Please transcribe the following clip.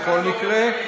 ככה זה עובד תמיד.